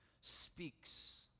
speaks